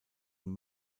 und